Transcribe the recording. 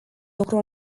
lucru